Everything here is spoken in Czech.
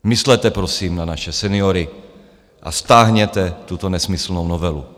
Myslete prosím na naše seniory a stáhněte tuto nesmyslnou novelu.